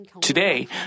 Today